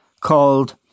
called